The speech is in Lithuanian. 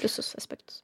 visus aspektus